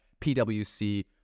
PwC